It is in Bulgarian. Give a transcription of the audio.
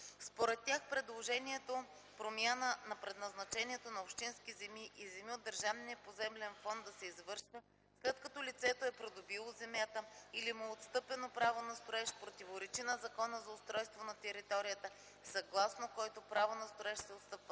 Според тях предложението промяна на предназначението на общински земи и земи от държавния поземлен фонд да се извършва след като лицето е придобило земята или му е отстъпено право на строеж противоречи на Закона за устройство на територията, съгласно който право на строеж се отстъпва